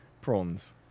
prawns